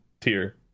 tier